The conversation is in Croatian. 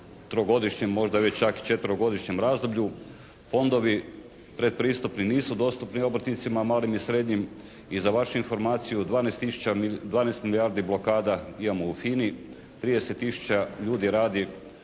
trogodišnjem možda već čak i četverogodišnjem razdoblju. Fondovi pretpristupni nisu dostupni obrtnicima malim i srednjim. I za vašu informaciju 12 tisuća, 12 milijardi blokada imamo u FINA-i. 30 tisuća ljudi radi